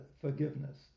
forgiveness